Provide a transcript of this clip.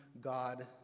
God